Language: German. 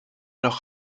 noch